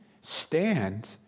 stand